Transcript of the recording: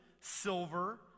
silver